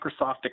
Microsoft